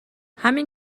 همین